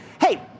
Hey